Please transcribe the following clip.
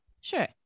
Sure